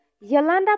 Yolanda